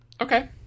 Okay